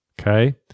Okay